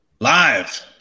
Live